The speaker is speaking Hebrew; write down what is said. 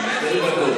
שתי דקות.